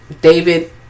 david